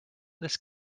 this